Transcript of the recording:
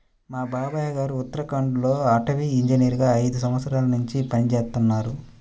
మా బాబాయ్ గారు ఉత్తరాఖండ్ లో అటవీ ఇంజనీరుగా ఐదు సంవత్సరాల్నుంచి పనిజేత్తన్నారు